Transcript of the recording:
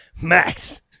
Max